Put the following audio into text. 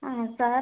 ആ സാർ